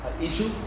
issue